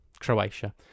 Croatia